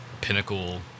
pinnacle